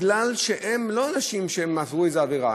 כי הם לא אנשים שעברו איזו עבירה.